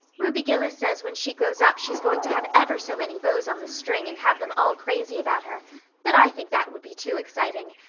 ruby gillis says when she grows up she's going to have ever so many beaus on the string and have them all crazy about her but i think that would be too exciting.